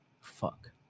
fuck